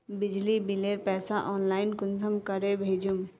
बिजली बिलेर पैसा ऑनलाइन कुंसम करे भेजुम?